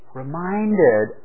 reminded